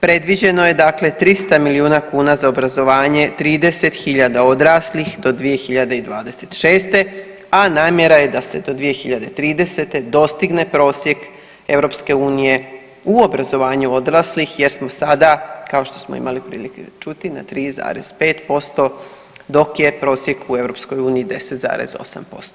Predviđeno je 300 milijuna kuna za obrazovanje 30.000 odraslih do 2026., a namjera je da se do 2030. dostigne prosjek EU u obrazovanju odraslih jer smo sada, kao što smo imali prilike čuti na 3,5% dok je prosjek u EU 10,8%